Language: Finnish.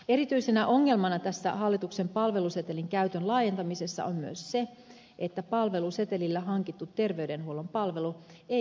erityisenä ongelmana tässä hallituksen palvelusetelin käytön laajentamisessa on myös se että palvelusetelillä hankittu terveydenhuollon palvelu ei kerrytä maksukattoa